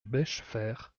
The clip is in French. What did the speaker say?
bechefer